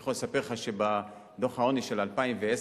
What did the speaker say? אני יכול לספר לך שבדוח העוני של 2010,